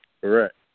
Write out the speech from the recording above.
Correct